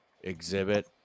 exhibit